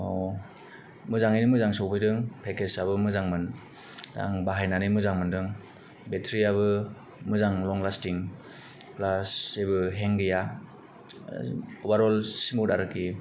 मोजांयैनो मोजां सफैदों पेकेजयाबो मोजांमोन आं बाहायनानै मोजां मोनदों बेथ्रियाबो मोजां लं लासथिं फ्लास जेबो हें गैया अबारल सिमुड आरो कि